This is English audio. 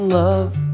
love